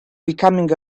becoming